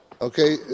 okay